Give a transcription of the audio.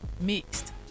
mixed